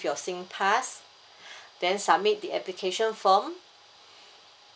your singpass then submit the application form